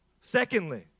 Secondly